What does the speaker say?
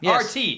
RT